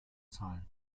zahlen